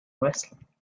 wrestling